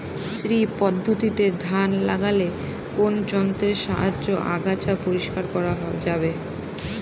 শ্রী পদ্ধতিতে ধান লাগালে কোন যন্ত্রের সাহায্যে আগাছা পরিষ্কার করা যাবে?